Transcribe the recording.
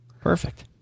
Perfect